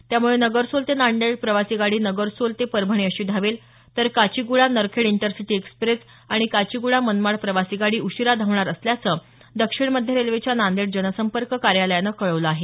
त्यामुळे नगरसोल ते नांदेड प्रवासी गाडी नगरसोल ते परभणी अशी धावेल तर काचिग्डा नरखेड इंटरसिटी एक्स्प्रेस आणि काचिग्डा मनमाड प्रवासी गाडी उशीरा धावणार असल्याचं दक्षिण मध्य रेल्वेच्या नांदेड जनसंपर्क कार्यालयानं कळवलं आहे